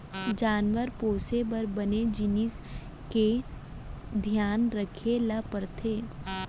जानवर पोसे बर बने जिनिस के धियान रखे ल परथे